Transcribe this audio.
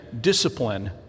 discipline